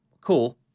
cool